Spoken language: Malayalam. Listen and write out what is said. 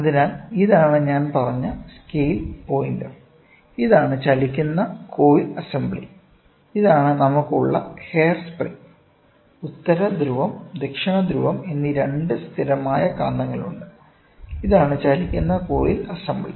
അതിനാൽ ഇതാണ് ഞാൻ പറഞ്ഞ സ്കെയിൽ പോയിന്റർ ഇതാണ് ചലിക്കുന്ന കോയിൽ അസംബ്ലി ഇതാണ് നമുക്ക് ഉള്ള ഹെയർ സ്പ്രിംഗ് ഉത്തരധ്രുവം ദക്ഷിണധ്രുവം എന്നീ രണ്ട് സ്ഥിരമായ കാന്തങ്ങളുണ്ട് ഇതാണ് ചലിക്കുന്ന കോയിൽ അസംബ്ലി